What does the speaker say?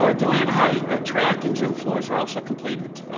ah deland high track and gym floors were also completed.